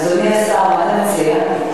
אדוני השר, מה אתה מציע?